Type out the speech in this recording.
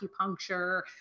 acupuncture